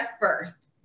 first